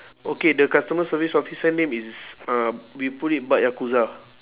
okay the customer service officer name is uh we put it bak yakuza